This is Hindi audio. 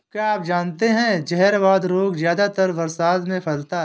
क्या आप जानते है जहरवाद रोग ज्यादातर बरसात में फैलता है?